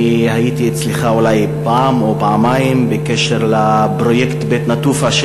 הייתי אצלך אולי פעם או פעמיים בעניין פרויקט בית-נטופה,